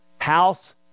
house